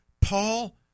Paul